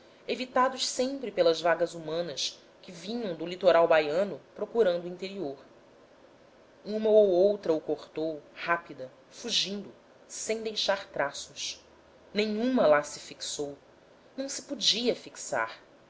evitados sempre pelas vagas humanas que vinham do litoral baiano procurando o interior uma ou outra o cortou rápida fugindo sem deixar traços nenhuma lá se fixou não se podia fixar